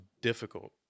difficult